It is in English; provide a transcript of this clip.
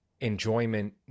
enjoyment